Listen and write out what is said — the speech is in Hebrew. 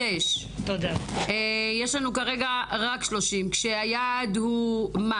יש לנו כרגע רק 30, כשהיעד הוא מה?